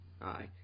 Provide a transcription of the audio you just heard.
aye